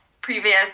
previous